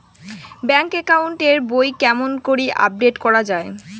Bank account এর বই কেমন করি আপডেট করা য়ায়?